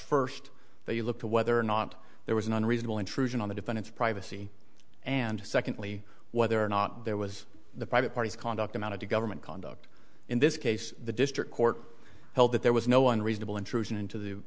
first they look to whether or not there was an unreasonable intrusion on the defendant's privacy and secondly whether or not there was the private parties conduct amounted to government conduct in this case the district court held that there was no unreasonable intrusion into the